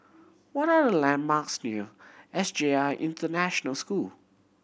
what are the landmarks near S J I International School